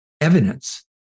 evidence